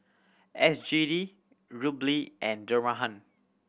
S G D Rubly and